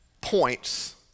points